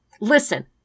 listen